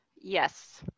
yes